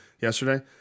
Yesterday